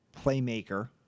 playmaker